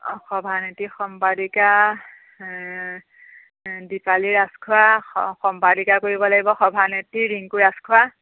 অঁ সভানেত্ৰী সম্পাদিকা দীপালী ৰাজখোৱা সম্পাদিকা কৰিব লাগিব সভানেত্ৰী ৰিংকু ৰাজখোৱা